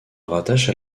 rattache